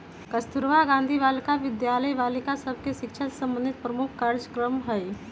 कस्तूरबा गांधी बालिका विद्यालय बालिका सभ के शिक्षा से संबंधित प्रमुख कार्जक्रम हइ